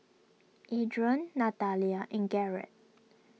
Adrain Natalia in Garrett